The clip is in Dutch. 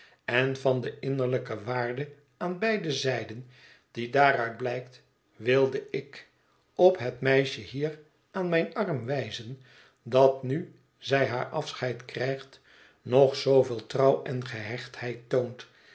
en van de innerlijke waarde aan beide zijden die daaruit blijkt wilde ik op het meisje hier aan mijn arm wijzen dat nu zij haar afscheid krijgt nog zooveel trouw en gehechtheid toont